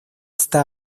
está